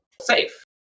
safe